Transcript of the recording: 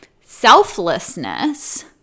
selflessness